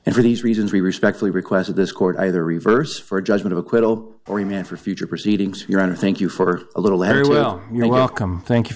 and for these reasons we respectfully request this court either reverse for judgment of acquittal or a man for future proceedings your honor thank you for a little every well you're welcome thank you